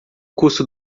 custo